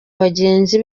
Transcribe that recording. bagenzi